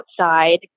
outside